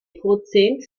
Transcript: prozent